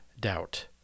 doubt